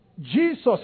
Jesus